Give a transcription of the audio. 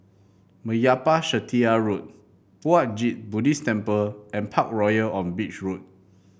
Meyappa Chettiar Road Puat Jit Buddhist Temple and Parkroyal on Beach Road